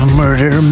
murder